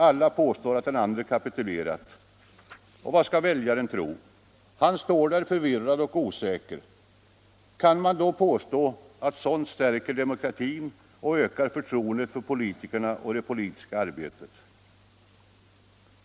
Båda påstår att den andre mer eller mindre kapitulerat. Vad skall väljarna tro? De står där förvirrade och osäkra. Hur kan man påstå att sådant stärker demokratin och ökar förtroendet för politikerna?